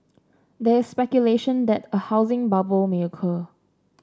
there is speculation that a housing bubble may occur